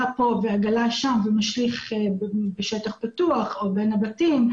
פה ועגלה שם ומשליך בשטח פתוח או בין הבתים,